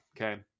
okay